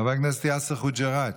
חבר הכנסת יאסר חוג'יראת,